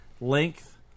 length